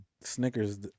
Snickers